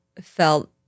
felt